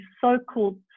so-called